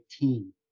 team